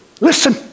listen